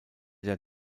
der